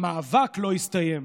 המאבק לא הסתיים.